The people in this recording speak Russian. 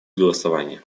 голосования